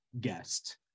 guest